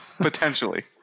Potentially